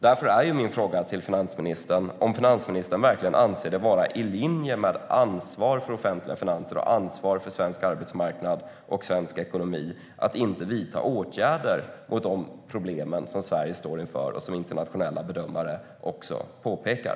Därför är min fråga till finansministern om hon verkligen anser det vara i linje med ansvar för offentliga finanser och ansvar för svensk arbetsmarknad och svensk ekonomi att inte vidta åtgärder mot de problem som Sverige står inför och som internationella bedömare också påpekar.